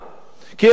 כי יש מארז.